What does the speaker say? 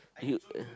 you uh